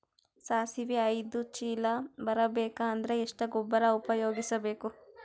ಸಾಸಿವಿ ಐದು ಚೀಲ ಬರುಬೇಕ ಅಂದ್ರ ಎಷ್ಟ ಗೊಬ್ಬರ ಉಪಯೋಗಿಸಿ ಬೇಕು?